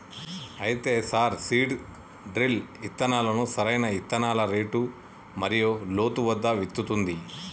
అయితే sir seed drill ఇత్తనాలను సరైన ఇత్తనాల రేటు మరియు లోతు వద్ద విత్తుతుంది